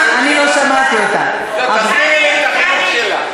אז תסבירי לי את החיוך שלה.